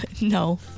No